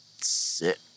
sit